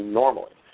normally